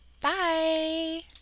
Bye